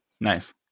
Nice